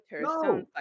No